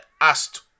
asked